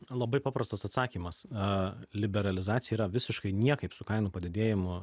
labai paprastas atsakymas a liberalizacija yra visiškai niekaip su kainų padidėjimu